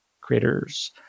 creators